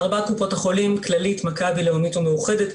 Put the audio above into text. ארבע קופות החולים, כללית, מכבי, לאומית ומאוחדת.